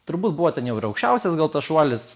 turbūt buvo ten jau ir aukščiausias gal tas šuolis